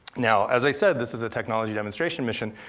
now, as i said, this is a technology demonstration mission.